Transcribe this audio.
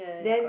then